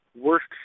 Worst